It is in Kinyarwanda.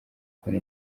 kubona